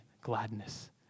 gladness